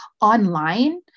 online